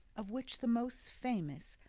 of which the most famous,